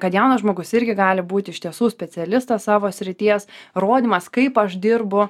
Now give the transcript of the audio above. kad jaunas žmogus irgi gali būti iš tiesų specialistas savo srities rodymas kaip aš dirbu